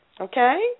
Okay